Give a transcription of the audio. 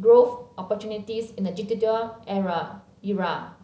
growth opportunities in a digital era